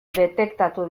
detektatu